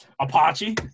Apache